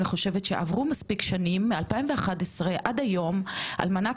אני חושבת שעברו מספיק שנים מ-2011 עד היום על מנת